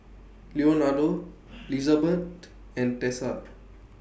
Leonardo Lizabeth and Tessa